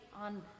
on